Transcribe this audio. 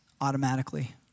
automatically